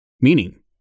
meaning